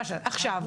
עכשיו,